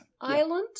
island